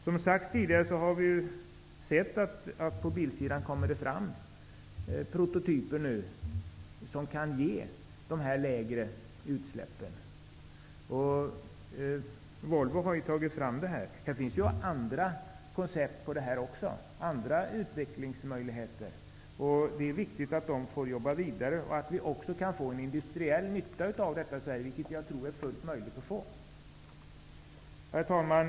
Som tidigare sagts har vi sett att det på bilsidan kommer fram prototyper som kan ge dessa lägre utsläpp. Volvo har tagit fram detta. Det finns även andra koncept på detta och andra utvecklingsmöjligheter. Det är viktigt att bilindustrin får jobba vidare, så att vi även kan få en industriell nytta av detta i Sverige, vilket jag tror är fullt möjligt. Herr talman!